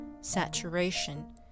saturation